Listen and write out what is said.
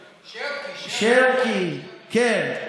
שרקי, כן.